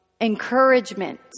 Encouragement